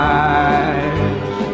eyes